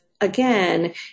again